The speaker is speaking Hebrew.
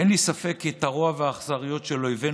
אין לי ספק כי את הרוע והאכזריות של אויבינו